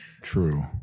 True